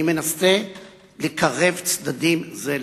אני מנסה לקרב צדדים זה לזה,